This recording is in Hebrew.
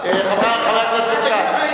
חבר הכנסת כץ,